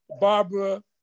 barbara